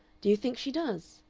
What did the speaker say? do you think she does?